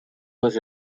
was